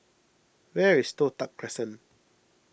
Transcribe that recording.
where is Toh Tuck Crescent